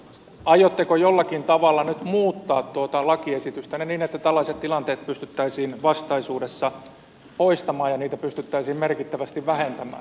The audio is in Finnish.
aiotteko jollakin tavalla nyt muuttaa tuota lakiesitystänne niin että tällaiset tilanteet pystyttäisiin vastaisuudessa poistamaan ja niitä pystyttäisiin merkittävästi vähentämään